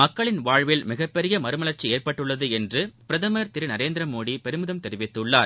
மக்களின் வாழ்வில் மிகப்பெரிய மறுமலர்ச்சி ஏற்பட்டுள்ளது என்று பிரதமர் திரு நரேந்திரமோடி பெருமிதம் தெரிவித்துள்ளார்